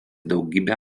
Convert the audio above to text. daugybę